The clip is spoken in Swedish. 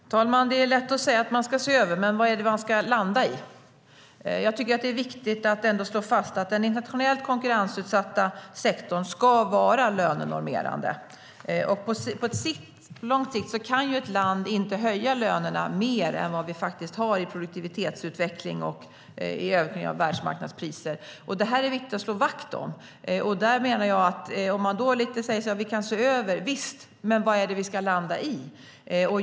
Herr talman! Det är lätt att säga att man ska se över, men vad är det man ska landa i? Det är ändå viktigt att slå fast att den internationellt konkurrensutsatta sektorn ska vara lönenormerande. Och på lång sikt kan ett land inte höja lönerna mer än det faktiskt har i produktivitetsutveckling och i ökning av världsmarknadspriser. Det är viktigt att slå vakt om det. Jag menar att visst kan vi se över det, men vad är det vi ska landa i?